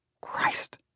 Christ